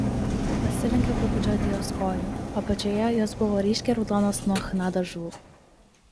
pasilenkiau pabučiuoti jos kojų apačioje jos buvo ryškiai raudonos nuo chna dažų